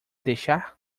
deixar